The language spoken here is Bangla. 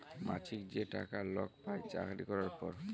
মাছিক যে টাকা লক পায় চাকরি ক্যরার পর